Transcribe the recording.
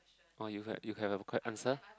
or you can you have a quite answer